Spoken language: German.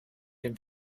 dem